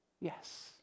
Yes